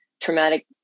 traumatic